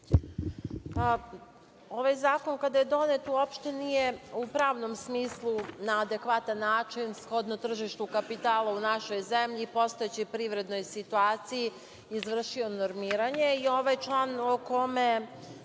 Ovaj zakon kada je donet uopšte nije u pravnom smislu na adekvatan način, shodno tržištu kapitala u našoj zemlji i postojeći privrednoj situaciji, izvršio normiranje i ovaj član o kome